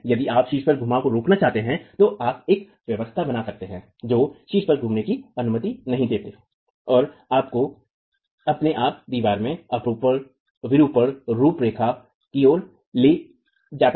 यदि आप शीर्ष पर घुमाव को रोकना चाहते हैं तो आप एक व्यवस्था बना सकते हैं जो शीर्ष पर घुमाव की अनुमति नहीं दें और आपको अपने आप दीवार के अपरूपण विरूपण रूपरेखा की ओर ले जाता है